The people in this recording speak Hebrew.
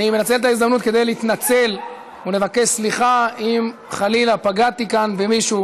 אני מנצל את ההזדמנות להתנצל ולבקש סליחה אם חלילה פגעתי כאן במישהו,